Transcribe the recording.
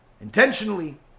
intentionally